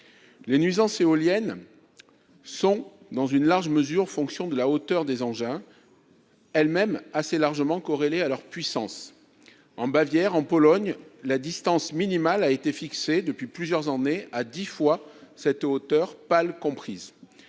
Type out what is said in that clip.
Les nuisances éoliennes sont, dans une large mesure, fonction de la hauteur des engins, elle-même assez largement corrélée à leur puissance. En Bavière, en Pologne, la distance minimale a été fixée, depuis plusieurs années, à dix fois cette hauteur, pales comprises.